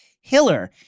Hiller